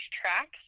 tracks